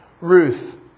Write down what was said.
Ruth